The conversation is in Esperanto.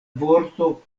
vorto